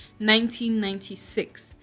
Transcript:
1996